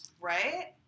Right